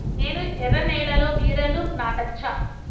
నేను ఎర్ర నేలలో బీరలు నాటచ్చా?